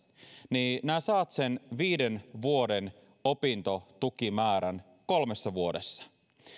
niin sinä saat sen viiden vuoden opintotukimäärän kolmessa vuodessa